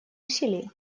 усилий